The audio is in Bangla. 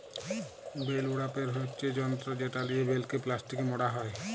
বেল উড়াপের হচ্যে যন্ত্র যেটা লিয়ে বেলকে প্লাস্টিকে মড়া হ্যয়